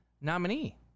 nominee